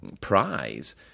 prize